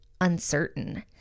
uncertain